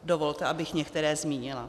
Dovolte, abych některé zmínila.